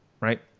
right